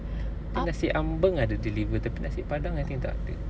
tapi nasi ambeng ada deliver tapi nasi padang I think tak ada